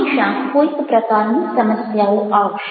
હંમેશાં કોઈક પ્રકારની સમસ્યાઓ આવશે